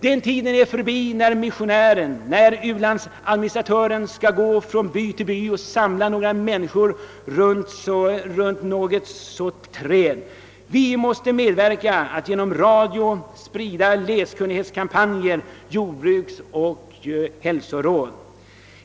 Den tiden är förbi när missionärerna och ulandsadministratörerna kunde gå från by till by och samla några människor runt något träd. Vi måste se till att allt fler människor får radioapparater och genom radio medverka till läskunnighetskampanjer och till att sprida jordbruksoch hälsoråd.